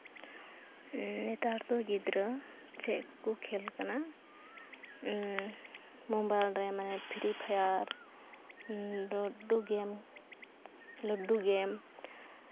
ᱱᱮᱛᱟᱨ ᱫᱚ ᱜᱤᱫᱽᱨᱟᱹ ᱪᱮᱫ ᱠᱚ ᱠᱷᱮᱞ ᱠᱟᱱᱟ ᱢᱳᱵᱟᱭᱤᱞ ᱨᱮ ᱢᱟᱱᱮ free fire ludo game ludo game